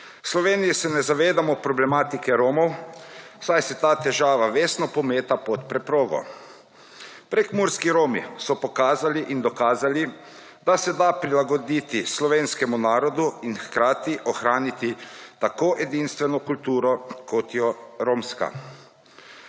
Sloveniji se ne zavedamo problematike Romov, saj se ta težava vestno pometa pod preprogo. Prekmurski Romi so pokazali in dokazali, da se da prilagoditi slovenskemu narodu in hkrati ohraniti tako edinstveno kulturo kot je Romska.